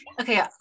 okay